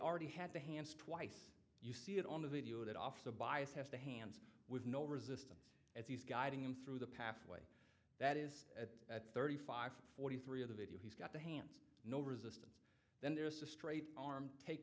already had the hands twice you see it on the video that officer bias has the hands with no resistance as he's guiding them through the pathway that is that at thirty five forty three of the video he's got the hands no resistance then there's a straight arm take